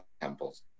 Temples